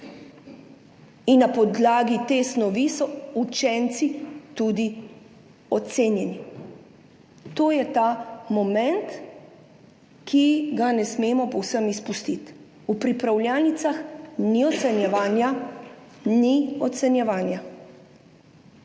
In na podlagi te snovi so učenci tudi ocenjeni. To je ta moment, ki ga ne smemo povsem izpustiti. V pripravljalnicah ni ocenjevanja. Ni ocenjevanja.